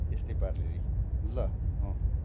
त्यस्तै पाराले ल अँ